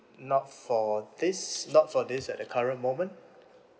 not for this not for this at the current moment